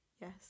Yes